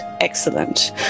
excellent